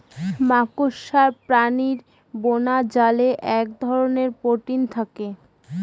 মাকড়সা প্রাণীর বোনাজালে এক ধরনের প্রোটিন থাকে